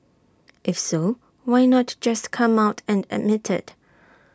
if so why not just come out and admit IT